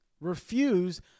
Refuse